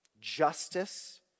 justice